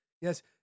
Yes